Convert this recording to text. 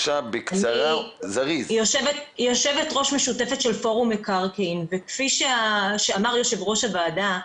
אני יו"ר משותפת של פורום מקרקעין וכפי שאמר יו"ר הוועדה,